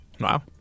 Wow